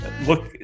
look